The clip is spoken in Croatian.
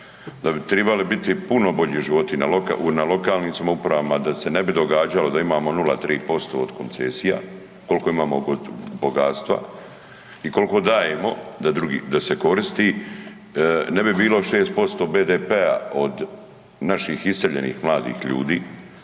da bi tribali biti puno bolji životi na lokalnim samoupravama da se ne bi događalo da imamo 0,3% od koncesija koliko imamo bogatstva i koliko dajemo da se koristi, ne bi bilo 6% BDP-a od naših iseljenih mladih ljudi,